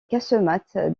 casemate